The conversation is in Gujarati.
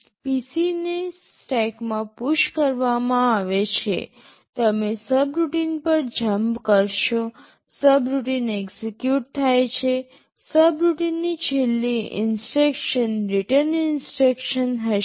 PC ને સ્ટેકમાં પુશ કરવામાં આવે છે તમે સબરૂટીન પર જંપ કરશો સબરૂટિન એક્ઝેક્યુટ થાય છે સબરૂટિનની છેલ્લી ઇન્સટ્રક્શન રિટર્ન ઇન્સટ્રક્શન હશે